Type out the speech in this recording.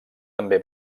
també